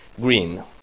green